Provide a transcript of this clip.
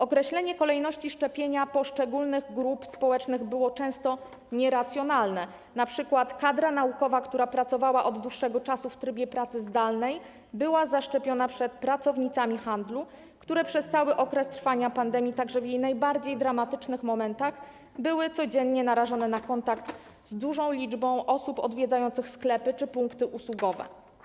Określenie kolejności szczepienia poszczególnych grup społecznych było często nieracjonalne, np. kadra naukowa, która pracowała od dłuższego czasu w trybie pracy zdalnej, była zaszczepiona przed pracownicami handlu, które przez cały okres trwania pandemii, także w jej najbardziej dramatycznych momentach, były codziennie narażone na kontakt z dużą liczbą osób odwiedzających sklepy czy punkty usługowe.